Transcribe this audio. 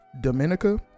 Dominica